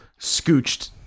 scooched